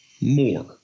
more